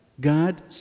God